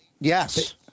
yes